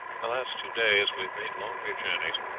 the last two days we have made longer journeys,